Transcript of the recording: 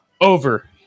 over